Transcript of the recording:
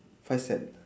five stand